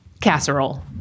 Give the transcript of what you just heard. casserole